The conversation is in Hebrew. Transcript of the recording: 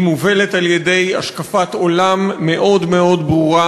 היא מובלת על-ידי השקפת עולם מאוד מאוד ברורה,